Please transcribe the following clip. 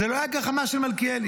זו לא הייתה גחמה של מלכיאלי,